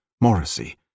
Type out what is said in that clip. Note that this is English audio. morrissey